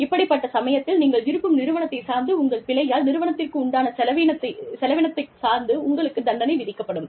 இப்படிப்பட்ட சமயத்தில் நீங்கள் இருக்கும் நிறுவனத்தைச் சார்ந்து உங்கள் பிழையால் நிறுவனத்திற்கு உண்டான செலவினத்தைச் சார்ந்து உங்களுக்குத் தண்டனை விதிக்கப்படும்